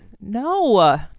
No